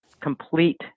complete